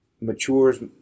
matures